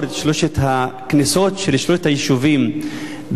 את שלוש הכניסות של שלושת היישובים בענה,